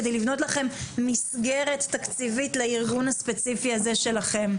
כדי לבנות לכם מסגרת תקציבית לארגון הספציפי הזה שלכם.